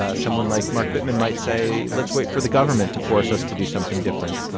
ah someone like mark bittman might say, let's wait for the government to force us to do something different.